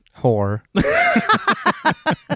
whore